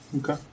Okay